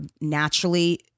naturally